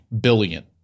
billion